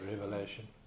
revelation